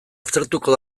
aztertuko